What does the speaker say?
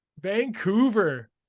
Vancouver